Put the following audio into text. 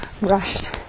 rushed